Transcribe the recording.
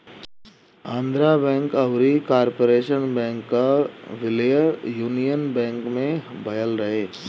Andhra Bank अउरी Corporation Bank कअ विलय यूनियन बैंक में भयल रहे